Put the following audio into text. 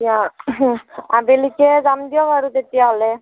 আবেলিকৈ যাম দিয়ক আৰু তেতিয়াহ'লে